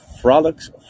frolics